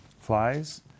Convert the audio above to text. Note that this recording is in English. flies